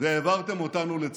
והעברתם אותנו, לצערנו,